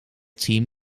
team